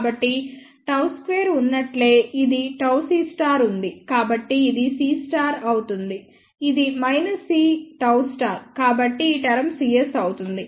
కాబట్టి Γ2 ఉన్నట్లే ఇది Γ c ఉంది కాబట్టి ఇది c అవుతుంది ఇది c Γ కాబట్టి ఈ టర్మ్ cs అవుతుంది